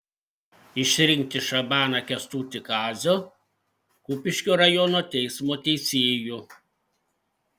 išrinkti šabaną kęstutį kazio kupiškio rajono teismo teisėju